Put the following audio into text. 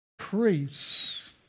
priests